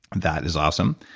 that is awesome,